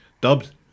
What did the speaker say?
Dubbed